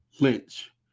lynch